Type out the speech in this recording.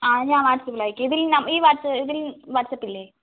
ആ ഞാൻ വാട്ട്സപ്പിലയക്കാം ഇത് ഈ ഈ ഇതിൽ വാട്ട്സപ്പില്ലേ